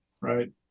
Right